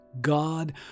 God